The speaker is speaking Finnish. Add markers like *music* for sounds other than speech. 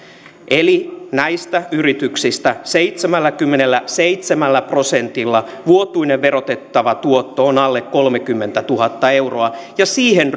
eli näistä yrityksistä seitsemälläkymmenelläseitsemällä prosentilla vuotuinen verotettava tuotto on alle kolmekymmentätuhatta euroa ja siihen *unintelligible*